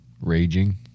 Raging